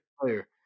player